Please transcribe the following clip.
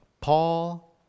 Paul